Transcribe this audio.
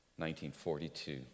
1942